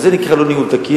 אז זה נקרא לא ניהול תקין,